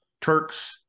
Turks